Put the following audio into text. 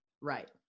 Right